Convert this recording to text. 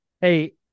Hey